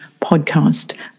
podcast